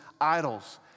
idols